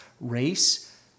race